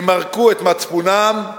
ימרקו את מצפונם.